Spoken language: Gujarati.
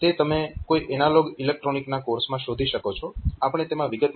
તે તમે કોઈ એનાલોગ ઇલેક્ટ્રોનિકના કોર્સમાં શોધી શકો છો આપણે તેમાં વિગતમાં જઈશું નહીં